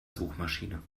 suchmaschine